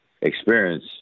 experience